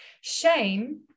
Shame